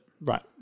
Right